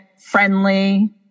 friendly